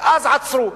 ואז עצרו.